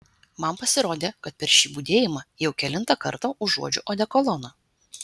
man pasirodė kad per šį budėjimą jau kelintą kartą užuodžiu odekoloną